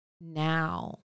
now